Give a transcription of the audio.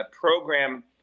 program